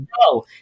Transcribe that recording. no